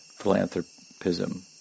philanthropism